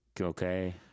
Okay